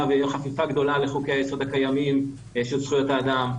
ותהיה חפיפה גדולה לחוקי-היסוד הקיימים של זכויות האדם,